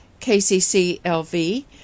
KCCLV